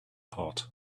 hot